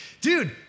Dude